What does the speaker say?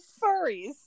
furries